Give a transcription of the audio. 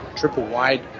Triple-wide